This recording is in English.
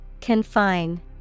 Confine